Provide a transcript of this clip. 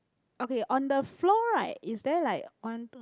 okay on the floor right is there like one